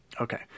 Okay